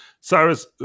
Cyrus